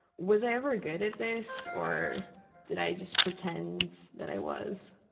was i ever good at this or did i just pretend that i was?